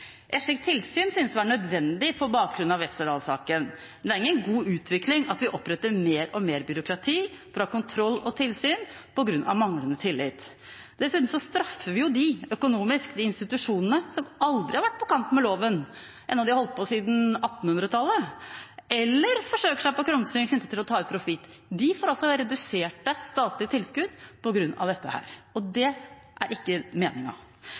tilsyn synes å være nødvendig på bakgrunn av Westerdals-saken. Men det er ingen god utvikling at vi oppretter mer og mer byråkrati for å ha kontroll og tilsyn, på grunn av manglende tillit. Dessuten straffer vi økonomisk de institusjonene som aldri har vært på kant med loven – enda de har holdt på siden 1800-tallet – eller har forsøkt seg på krumspring knyttet til å ta ut profitt. De får altså reduserte statlige tilskudd på grunn av dette, og det er ikke